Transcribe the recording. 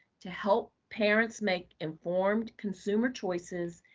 to help parents make informed consumer choices,